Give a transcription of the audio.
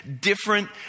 different